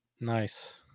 Nice